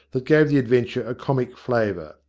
that gave the adventure a comic flavour.